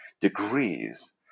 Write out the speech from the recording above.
degrees